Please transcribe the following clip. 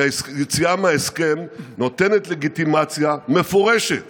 כי יציאה מההסכם נותנת לגיטימציה מפורשת